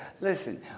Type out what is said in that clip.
Listen